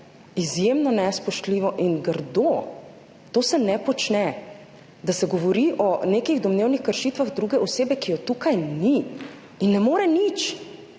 izjemno nespoštljivo in grdo. Tega se ne počne, da se govori o nekih domnevnih kršitvah druge osebe, ki je tukaj ni in ne more nič!